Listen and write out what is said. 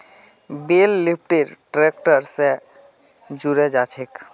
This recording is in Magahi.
बेल लिफ्टर ट्रैक्टर स जुड़े जाछेक